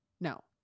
no